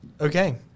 Okay